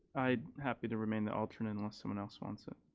i'm happy to remain the alternate unless someone else wants it.